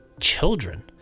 Children